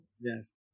Yes